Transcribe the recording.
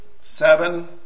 Seven